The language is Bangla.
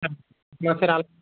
না স্যার